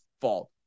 fault